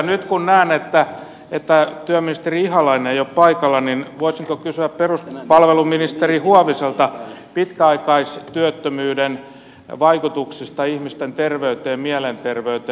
nyt kun näen että työministeri ihalainen ei ole paikalla niin voisinko kysyä peruspalveluministeri huoviselta pitkäaikaistyöttömyyden vaikutuksista ihmisten terveyteen mielenterveyteen